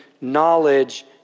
knowledge